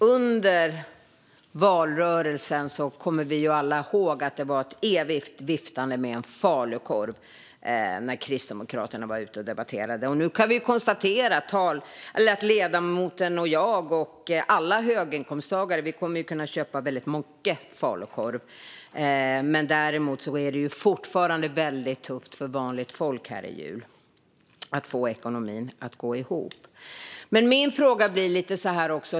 Herr talman! Vi kommer alla ihåg att det under valrörelsen var ett evigt viftande med en falukorv när Kristdemokraterna var ute och debatterade. Nu kan vi konstatera att ledamoten, jag och alla andra höginkomsttagare kommer att kunna köpa väldigt mycket falukorv. Däremot blir det fortfarande väldigt tufft för vanligt folk att få ekonomin att gå ihop i jul.